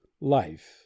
Life